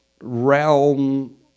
realm